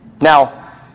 Now